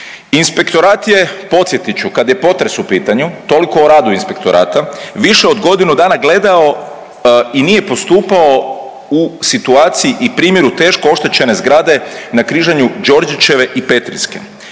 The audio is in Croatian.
Inspektorat je podsjetit ću kad je potres u pitanju, toliko o radu inspektorata, više od godinu dana gledao i nije postupao u situaciji i primjeru teško oštećene zgrade na križanju Đorđićeve i Petrinjske,